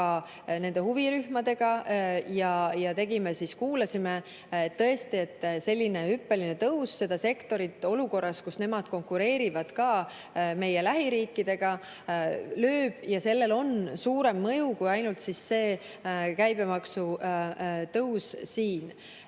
nende huvirühmadega ja kuulsime, et selline hüppeline tõus seda sektorit olukorras, kus nemad konkureerivad ka meie lähiriikidega, lööb ja sellel on suurem mõju kui ainult käibemaksu tõus.